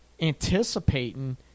anticipating